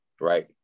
right